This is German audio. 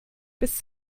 bis